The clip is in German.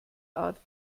art